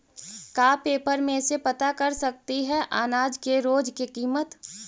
का पेपर में से पता कर सकती है अनाज के रोज के किमत?